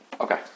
Okay